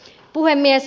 puhemies